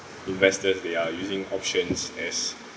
investors they are using options as